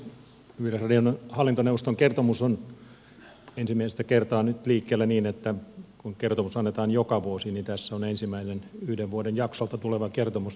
kun yleisradion hallintoneuvoston kertomus on ensimmäistä kertaa nyt liikkeellä niin että kertomus annetaan joka vuosi niin tässä on käsittelyssä ensimmäinen yhden vuoden jaksolta tuleva kertomus